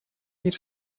мир